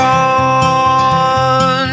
on